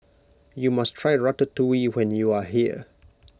you must try Ratatouille when you are here